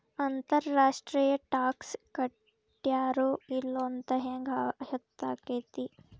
ಅಂತರ್ ರಾಷ್ಟ್ರೇಯ ಟಾಕ್ಸ್ ಕಟ್ಟ್ಯಾರೋ ಇಲ್ಲೊಂತ್ ಹೆಂಗ್ ಹೊತ್ತಾಕ್ಕೇತಿ?